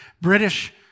British